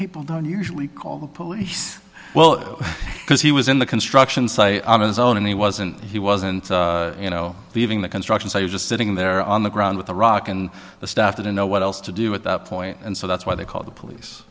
people don't usually call the police well because he was in the construction site on his own and he wasn't he wasn't you know leaving the construction site just sitting there on the ground with a rock and the staff didn't know what else to do at that point and so that's why they call the police